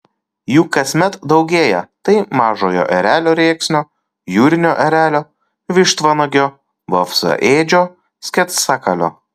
jų kasmet daugėja tai mažojo erelio rėksnio jūrinio erelio vištvanagio vapsvaėdžio sketsakalio